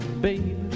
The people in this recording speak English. baby